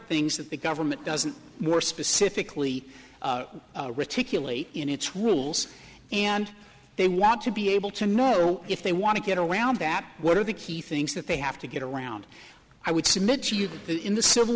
things that the government doesn't more specifically to caylee in its rules and they want to be able to know if they want to get around that what are the key things that they have to get around i would